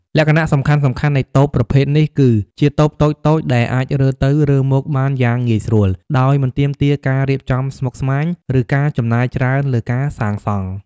លក្ខណៈសំខាន់ៗនៃតូបប្រភេទនេះគឺ ជាតូបតូចៗដែលអាចរើទៅរើមកបានយ៉ាងងាយស្រួល ដោយមិនទាមទារការរៀបចំស្មុគស្មាញ ឬការចំណាយច្រើនលើការសាងសង់។